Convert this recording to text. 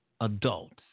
adults